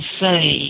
say